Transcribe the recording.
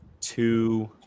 two